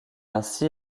ainsi